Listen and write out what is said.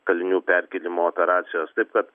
kalinių perkėlimo operacijos taip kad